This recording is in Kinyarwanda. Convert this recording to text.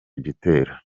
gitero